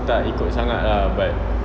tak ikut sangat ah but